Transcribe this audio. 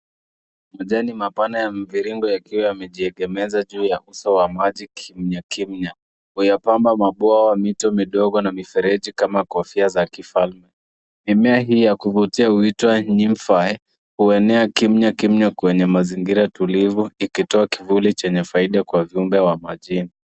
Majani mapana ya mvirigo yakiwa yamejiegemeza juu ya uso wa maji kimya kimya ,huyapamba mabwawa ya mito midogo na mifereji kama kofia za kifalme. Mimea hii ya kuvutia huitwa nymphaea huenea kimya kimya kwenye mazingira tulivu ikitoa kivuli chenye faida kwa viube wa majini.